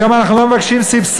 היום אנחנו לא מבקשים סבסוד,